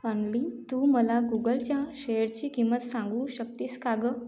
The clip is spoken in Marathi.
ऑन्ली तू मला गुगलच्या शेयरची किंमत सांगू शकतेस का गं